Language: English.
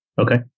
Okay